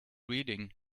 reading